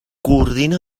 coordina